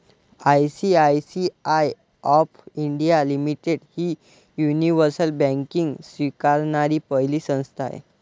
ICICI of India limited ही universal banking स्वीकारणारी पहिली संस्था आहे